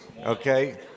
okay